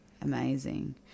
Amazing